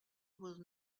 will